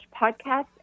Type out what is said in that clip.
podcast